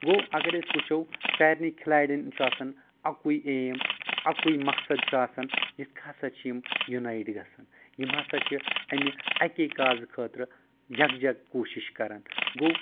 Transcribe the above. گوٚو اَگر أسۍ وٕچھ سارنٕے کھلاڈین چھُ آسان اکوے ایم اکوے مَقصد چھُ آسان یِتھ ہَسا چھِ یِم یوٗنایٹ گژھان یِم ہَسا چھِ امہِ اکہِ کازٕ خٲطرٕ یکجا کوٗشِش کَران گوٚو